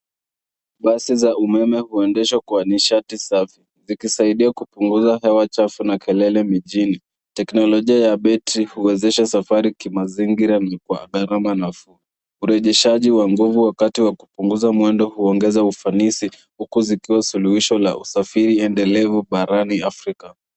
Basi za umeme huendeshwa kwa nishati safi zikisaidia kupunguza hewa chafu na kelele mijini teknolojia ya battery huwezesha safari kimazingira kwa gharama nafuu urejeshaji wa nguvu wakati wa kupunguza mwendo huongeza ufanisi huku zikiwa suluhisho za usafiri endelevu barani Africa.